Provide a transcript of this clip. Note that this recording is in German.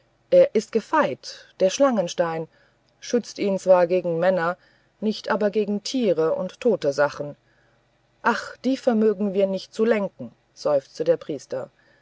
er ist gefeit der schlangenstein schützt ihn zwar gegen männer nicht aber gegen tiere und tote sachen ach die vermögen wir nicht zu lenken seufzte der priester